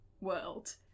world